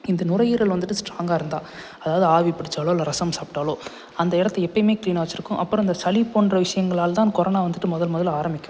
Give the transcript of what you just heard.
இந்த நுரையீரல் வந்துவிட்டு ஸ்ட்ராங்காக இருந்தால் அதாவது ஆவி புடிச்சாலோ அல்ல ரசம் சாப்பிட்டாலோ அந்த இடத்த எப்போவுமே க்ளீனாக வச்சுருக்கும் அப்புறம் அந்த சளி போன்ற விஷயங்களால தான் கொரோனா வந்துவிட்டு முதல் முதலில் ஆரம்பிக்கும்